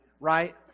right